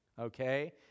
okay